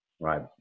Right